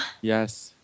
Yes